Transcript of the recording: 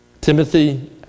Timothy